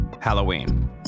Halloween